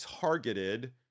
targeted